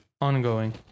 ongoing